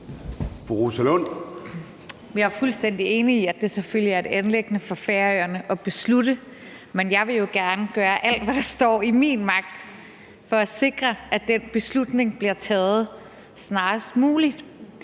Jeg er fuldstændig enig i, at det selvfølgelig er et anliggende for Færøerne at beslutte, men jeg vil jo gerne gøre alt, hvad der står i min magt, for at sikre, at den beslutning bliver taget snarest muligt.